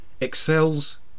excels